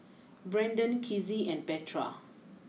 Brandon Kizzie and Petra